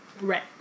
Right